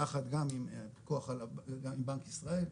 יחד עם בנק ישראל,